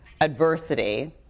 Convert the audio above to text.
adversity